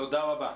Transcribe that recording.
תודה רבה.